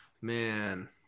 man